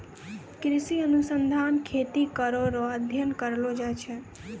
कृषि अनुसंधान खेती करै रो अध्ययन करलो जाय छै